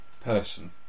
person